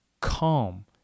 calm